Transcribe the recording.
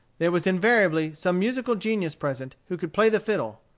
there was invariably some musical genius present who could play the fiddle.